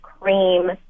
cream